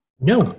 No